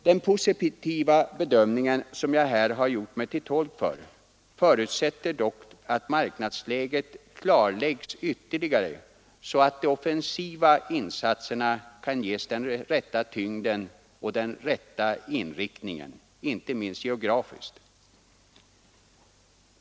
Den positiva bedömning som jag här har gjort mig till tolk för har dock som förutsättning att marknadsläget klarläggs ytterligare, så att de offensiva insatserna kan ges den rätta tyngden och den rätta inriktningen, inte minst geografiskt.